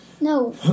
No